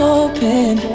open